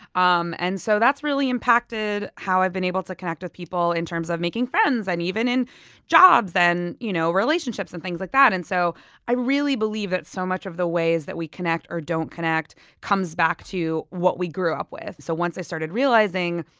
um and so that's really impacted how i've been able to connect with people in terms of making friends and even in jobs and you know relationships and things like that. so i really believe that so much of the ways that we connect or don't connect comes back to what we grew up with. so once i started realizing,